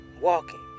walking